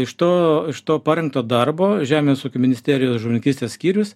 iš to iš to parengto darbo žemės ūkio ministerijos žuvininkystės skyrius